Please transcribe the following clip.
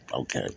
Okay